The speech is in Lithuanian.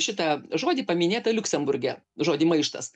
šitą žodį paminėtą liuksemburge žodį maištas